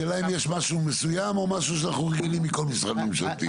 השאלה אם יש משהו מסוים או משהו שאנחנו רגילים מכל משרד ממשלתי?